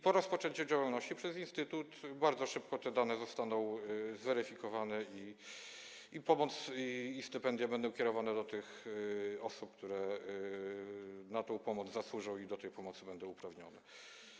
Po rozpoczęciu działalności przez instytut bardzo szybko te dane zostaną zweryfikowane i pomoc i stypendia będą kierowane do tych osób, które na tę pomoc zasłużą i do tej pomocy będą uprawnione.